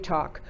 Talk